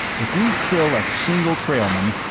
if we kill a single trailman,